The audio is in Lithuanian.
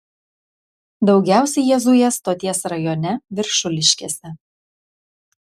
daugiausiai jie zuja stoties rajone viršuliškėse